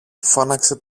φώναξε